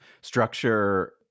structure